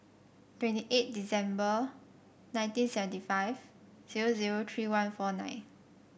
twenty eight December nineteen seventy five zero zero three one four nine